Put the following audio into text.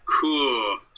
cool